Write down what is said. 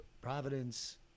Providence